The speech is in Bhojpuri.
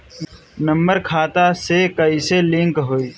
नम्बर खाता से कईसे लिंक होई?